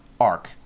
arc